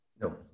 No